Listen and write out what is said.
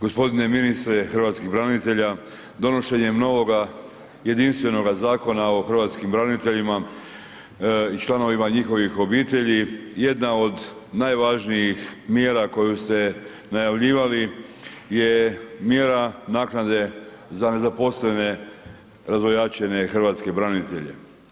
Gospodine ministre hrvatskih branitelja donošenjem novoga jedinstvenoga zakona o hrvatskim braniteljima i članovima njihovih obitelji jedna od najvažnijih mjera koju ste najavljivali je mjera naknade za nezaposlene razvojačene hrvatske branitelje.